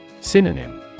Synonym